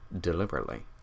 deliberately